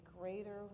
greater